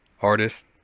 artist